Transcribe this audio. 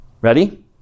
ready